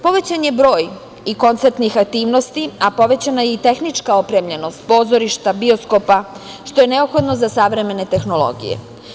Povećan je broj i koncertnih aktivnosti, a povećana je i tehnička opremljenost pozorišta, bioskopa, što je neophodno za savremene tehnologije.